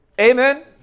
Amen